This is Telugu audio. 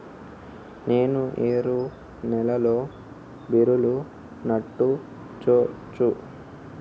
నేను ఎర్ర నేలలో బీరలు నాటచ్చా?